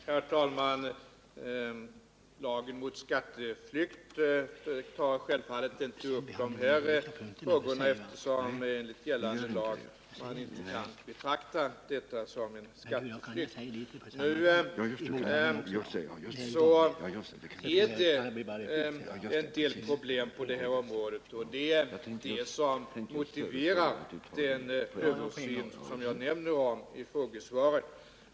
Herr talman! Lagen om skatteflykt tar självfallet inte upp dessa frågor, eftersom man enligt gällande lag inte kan betrakta detta som skatteflykt. Men det finns en del problem på detta område, och det är detta som motiverar den översyn som jag omnämner i frågesvaret.